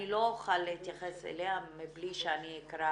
אני לא אוכל להתייחס אליה מבלי שאני אקרא